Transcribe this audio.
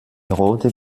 rote